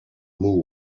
moon